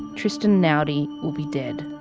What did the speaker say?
tristan naudi will be dead.